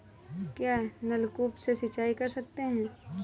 क्या नलकूप से सिंचाई कर सकते हैं?